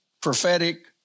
prophetic